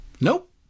Nope